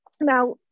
Now